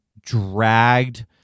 dragged